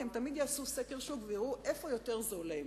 כי הם תמיד יעשו סקר שוק ויראו איפה יותר זול להם.